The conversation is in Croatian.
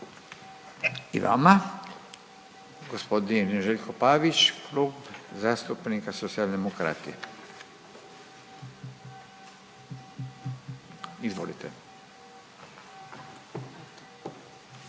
I vama. Gospodin Željko Pavić, Klub zastupnika Socijaldemokrati. Izvolite.